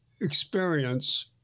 experience